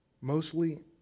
Mostly